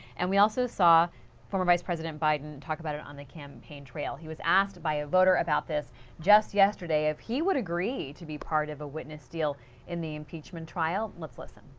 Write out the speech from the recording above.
and we also saw former vice president biden talk about it on the campaign trail. he was asked by a voter about this just yesterday if he would agree to be part of a witness deal in the impeachment trial. let's listen.